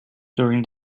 during